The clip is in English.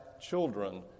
children